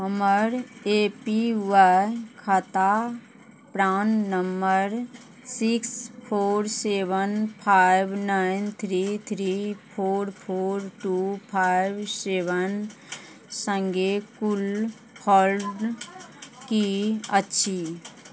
हमर A P Y खाता PRAN number six four seven five nine three three four four two five seven सङ्गे कुल फोल्ड की अछि